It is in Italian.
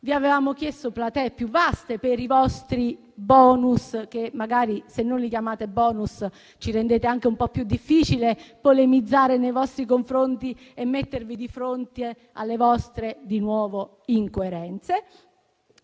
Vi avevamo chiesto platee più vaste per i vostri *bonus*. Magari, se non li chiamate *bonus*, ci rendete anche un po' più difficile polemizzare nei vostri confronti e mettervi di fronte alle vostre incoerenze.